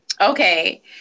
Okay